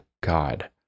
God